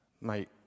mate